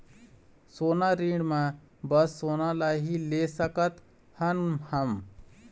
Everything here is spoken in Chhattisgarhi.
सोना ऋण मा बस सोना ला ही ले सकत हन हम?